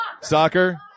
Soccer